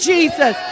Jesus